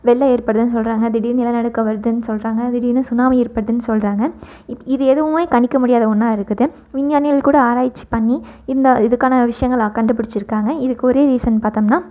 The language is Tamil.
வெள்ளம் ஏற்படுதுன்னு சொல்கிறாங்க திடீர்னு நிலநடுக்கம் வருதுன்னு சொல்கிறாங்க திடீர்னு சுனாமி ஏற்படுதுன்னு சொல்கிறாங்க இது எதுவும் கணிக்க முடியாத ஒன்னாக இருக்குது விஞ்ஞானிகள் கூட ஆராய்ச்சி பண்ணி இந்த இதுக்கான விஷயங்கள்லாம் கண்டுப்பிடிச்சிருக்காங்க இதுக்கு ஒரே ரீசன் பார்த்தோம்னா